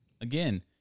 Again